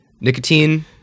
nicotine